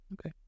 Okay